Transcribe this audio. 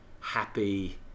happy